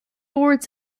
boards